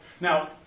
Now